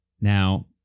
Now